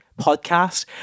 podcast